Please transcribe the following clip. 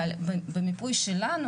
אבל במיפוי שלנו,